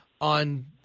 on